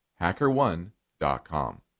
HackerOne.com